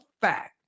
fact